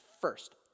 first